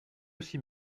aussi